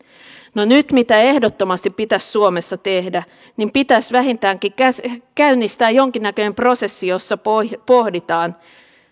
no nyt mitä ehdottomasti pitäisi suomessa tehdä niin pitäisi vähintäänkin käynnistää jonkinnäköinen prosessi jossa pohditaan pohditaan